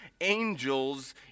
angels